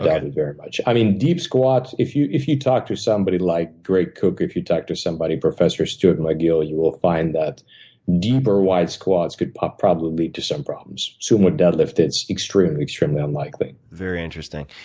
it very much. i mean, deep squat, if you if you talk to somebody like greg cook. if you talk to somebody, professor stuart mcgill, you will find that deeper wide squats could probably lead to some problems. sumo deadlift, it's extremely, extremely unlikely. very interesting.